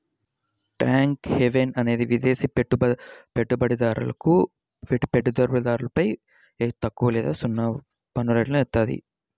tax haven అనేది విదేశి పెట్టుబడిదారులపై తక్కువ లేదా సున్నా పన్నురేట్లను ఏత్తాది